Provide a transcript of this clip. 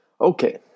Okay